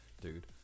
dude